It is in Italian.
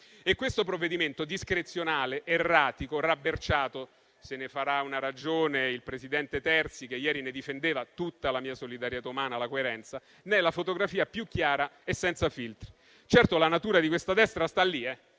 e questo provvedimento discrezionale, erratico, rabberciato - se ne farà una ragione il presidente Terzi Di Sant'Agata, che ieri ne difendeva la coerenza e ha tutta la mia solidarietà umana - ne è la fotografia più chiara e senza filtri. Certo la natura di questa destra sta lì, per